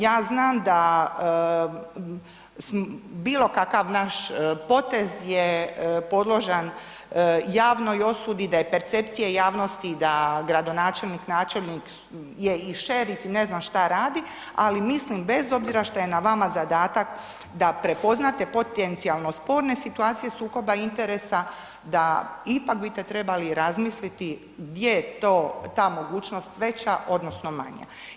Ja znam da bilo kakav naš potez je podložan javnoj osudi, da je percepcija javnosti da gradonačelnik, načelnik je i šerif ne znam šta radi, ali mislim bez obzira šta je na vama zadatak da prepoznate potencijalne sporne situacije sukoba interesa da ipak bite trebali razmisliti gdje to ta mogućnost veća odnosno manja.